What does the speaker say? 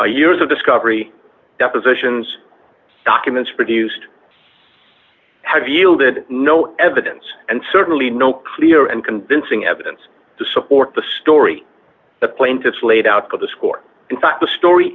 years of discovery depositions documents produced have yielded no evidence and certainly no clear and convincing evidence to support the story the plaintiffs laid out but the score in fact the story